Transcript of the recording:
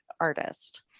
artist